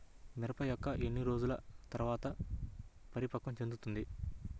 మిరప మొక్క ఎన్ని రోజుల తర్వాత పరిపక్వం చెందుతుంది?